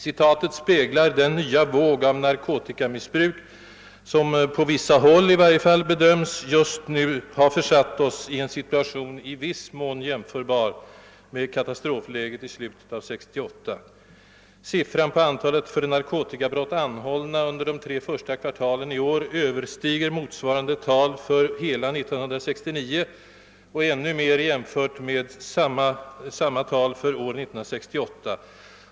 Citatet speglar den nya våg av narkotikamissbruk, som i varje fall på vissa håll bedöms just nu ha för satt oss i en situation i viss mån jämförbar med katastrofläget i slutet av 1968. Siffran på antalet för narkotikabrott anhållna under de tre första kvartalen i år överstiger motsvarande tal för hela 1969 och ännu mer samma tal år 1968.